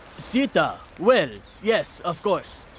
sita! well, yes, of course,